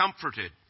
comforted